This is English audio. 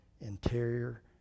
Interior